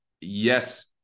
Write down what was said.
yes